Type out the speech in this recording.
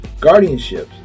guardianships